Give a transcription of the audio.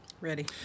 Ready